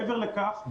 מעבר לכך,